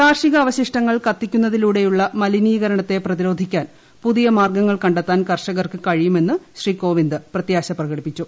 കാർഷിക അവശിഷ്ടങ്ങൾ കത്തിക്കുന്നതിലൂടെയുള്ള മലിനീകരണത്തെ പ്രതിരോധിക്കാൻ പുതിയ മാർഗ്ഗങ്ങൾ കണ്ടെത്താൻ കർഷകർക്ക് കഴിയുമെന്നും ശ്രീ കോവിന്ദ് പ്രത്യാശ പ്രകടിപ്പിച്ചു